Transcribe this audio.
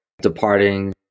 departing